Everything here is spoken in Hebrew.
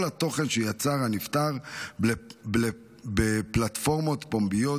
התוכן שיצר הנפטר בפלטפורמות פומביות,